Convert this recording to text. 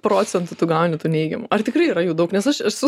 procentų tu gauni tų neigiamų ar tikrai yra jų daug nes aš esu